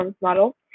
model